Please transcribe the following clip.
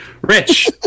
Rich